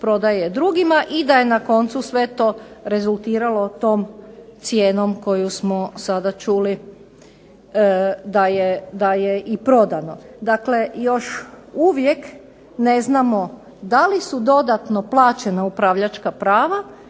prodaje drugima, i da je na koncu sve to rezultiralo tom cijenom koju smo sada čuli da je i prodano. Dakle još uvijek ne znamo da li su dodatno plaćena upravljačka prava